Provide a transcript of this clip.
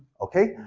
Okay